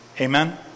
Amen